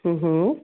ਹਮ ਹਮ